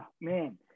man